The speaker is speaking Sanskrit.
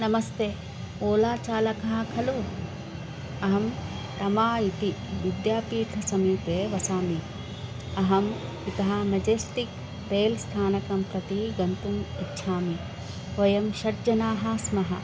नमस्ते ओला चालकः खलु अहं तम इति विद्यापीठसमीपे वसामि अहम् इतः मेजेस्टिक् रेल्स्थानकं प्रति गन्तुम् इच्छामि वयं षट् जनाः स्मः